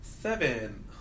Seven